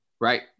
Right